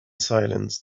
silence